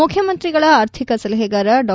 ಮುಖ್ಯಮಂತ್ರಿಗಳ ಆರ್ಥಿಕ ಸಲಹೆಗಾರ ಡಾ